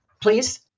please